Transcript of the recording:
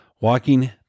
Walking